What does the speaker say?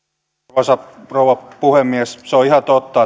arvoisa rouva puhemies se on ihan totta